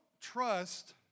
trust